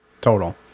total